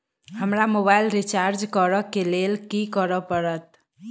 हमरा mobile recharge करऽ केँ लेल की करऽ पड़त?